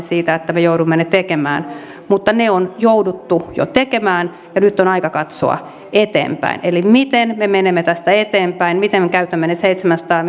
siitä että me joudumme ne tekemään mutta ne on jouduttu jo tekemään ja nyt on aika katsoa eteenpäin eli sitä miten me menemme tästä eteenpäin miten me käytämme ne seitsemänsataa